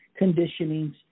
conditionings